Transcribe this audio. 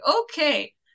okay